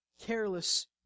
careless